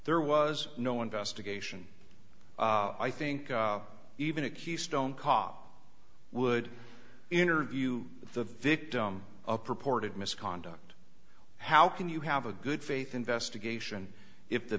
there was no investigation i think even a keystone cop would interview the victim of purported misconduct how can you have a good faith investigation if the